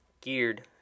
geared